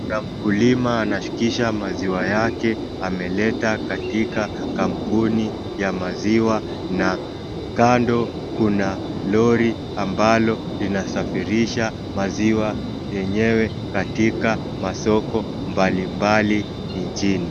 Mkulima anashikisha maziwa yake, ameleta katika kampuni ya maziwa. Na kando kuna lori ambalo linasafirisha maziwa yenyewe katika masoko mbalimbali nchini.